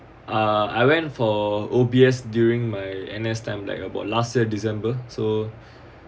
uh I went for O_B_S during my N_S time like about last year december so